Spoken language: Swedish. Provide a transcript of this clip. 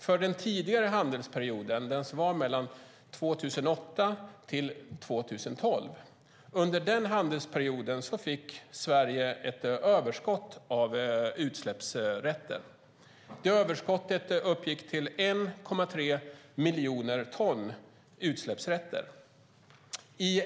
Under den tidigare handelsperioden mellan 2008 och 2012 fick Sverige ett överskott av utsläppsrätter. Det överskottet uppgick till 1,3 miljoner ton utsläppsrätter.